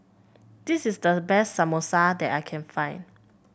this is the best Samosa that I can find